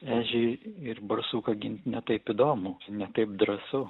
ežį ir barsuką gint ne taip įdomu ne taip drąsu